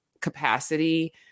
capacity